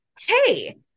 hey